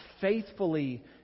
faithfully